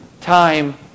time